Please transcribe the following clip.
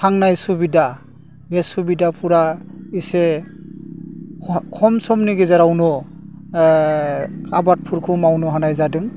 थांनाय सुबिदा बे सुबिदाफोरा एसे खम समनि गेजेरावनो आबादफोरखौ मावनो हानाय जादों